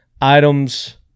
items